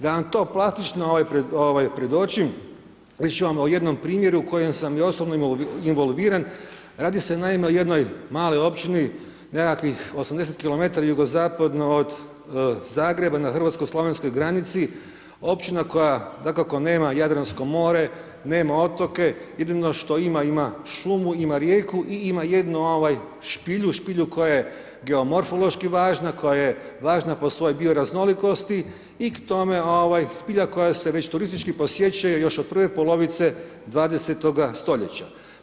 Da vam to plastično predočim, reći ću vam o jednom primjeru kojem sam i osobno involviran, radi se, naime, o jednoj maloj općini, nekakvih 80 km jugozapadno od Zagreba, na hrvatsko slovenskoj granici, općina koja, dakako, nema Jadransko more, nema otoke, jedino što ima, ima šumu, ima rijeku i ima jednu špilju, špilju koja je geomorfološki važna, koja je važna po svojoj bioraznolikosti i k tome spilja koja se već turistički posjećuje još od prve polovice 20.-toga stoljeća.